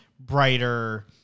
brighter